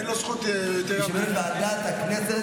אני קובע כי החלטת ועדת הכנסת